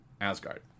Asgard